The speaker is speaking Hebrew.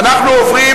תמיכות שונות,